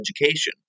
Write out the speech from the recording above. education